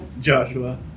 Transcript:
Joshua